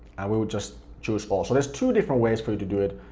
and we will just choose all. so there's two different ways for you to do it,